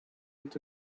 and